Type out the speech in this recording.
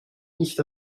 nicht